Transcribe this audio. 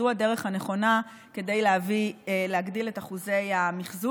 זו הדרך הנכונה להגדיל את אחוזי המחזור.